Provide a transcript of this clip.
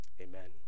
amen